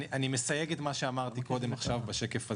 אני מסייג את מה שאמרתי קודם עכשיו בשקף הזה.